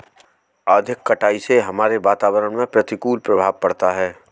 अधिक कटाई से हमारे वातावरण में प्रतिकूल प्रभाव पड़ता है